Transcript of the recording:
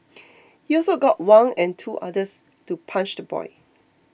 he also got Wang and two others to punch the boy